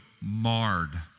marred